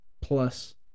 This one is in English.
plus